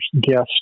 guest